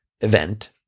event